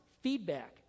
feedback